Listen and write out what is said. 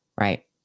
right